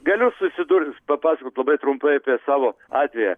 galiu susidurūs papasakot labai trumpai apie savo atvejį